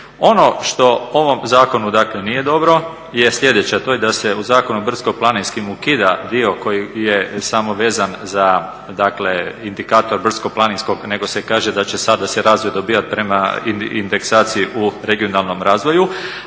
Ono što u ovom zakonu dakle nije dobro je sljedeće a to je da se u Zakonu o brdsko-planinskim ukida dio koji je samo vezan za dakle indikator brdsko-planinskog, nego se kaže da će sada se razvoj dobivati prema indeksaciji u regionalnom razvoju.